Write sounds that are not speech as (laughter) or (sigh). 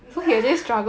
(laughs)